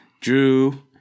Drew